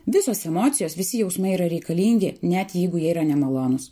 visos emocijos visi jausmai yra reikalingi net jeigu jie yra nemalonūs